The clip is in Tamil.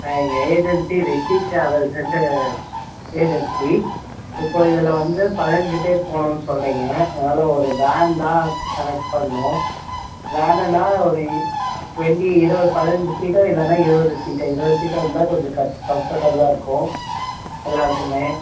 எங்கள் ஏஜென்ஸி ரிஷி ட்ராவல்ஸுன்ட்டு ஏஜென்ஸி இப்போது இதில் வந்து பதினைஞ்சி பேர் போகணுன்னு சொல்கிறீங்க அதனால் ஒரு வேன் தான் கனெக்ட் பண்ணணும் வேனுன்னால் ஒரு இ டுவெண்ட்டி இரவ பதினைஞ்சி சீட்டாக இல்லைன்னா இருவது சீட்டு இருவது சீட்டாக இருந்தால் கொஞ்சம் கன் கம்ஃபர்டபுளாக இருக்கும் எல்லாேருக்குமே